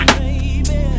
baby